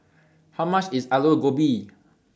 How much IS Alu Gobi